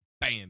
bam